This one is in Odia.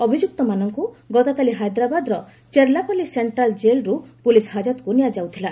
ଅଭିଯୁକ୍ତମାନଙ୍କୁ ଗତକାଲି ହାଇଦ୍ରାବାଦର ଚେର୍ଲାପଲି ସେଷ୍ଟ୍ରାଲ୍ ଜେଲ୍ରୁ ପୋଲିସ୍ ହାଜତକୁ ନିଆଯାଉଥିଲା